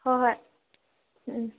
ꯍꯣ ꯍꯣꯏ ꯎꯝ